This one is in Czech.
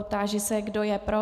Táži se, kdo je pro.